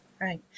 Right